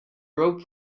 rope